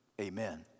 Amen